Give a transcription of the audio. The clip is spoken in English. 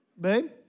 Babe